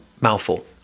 mouthful